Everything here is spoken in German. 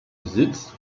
besitz